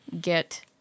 get